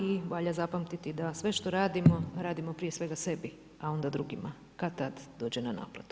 I valja zapamtiti, da sve što radimo, radimo prije svega sebi, a onda drugima, kad-tad dođe na naplatu.